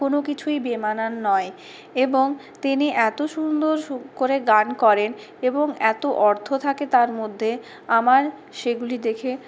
কোনোকিছুই বেমানান নয় এবং তিনি এতো সুন্দর করে গান করেন এবং এতো অর্থ থাকে তার মধ্যে আমার সেগুলি দেখে